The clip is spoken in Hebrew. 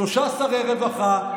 שלושה שרי רווחה,